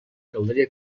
caldria